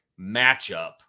matchup